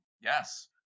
Yes